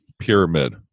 pyramid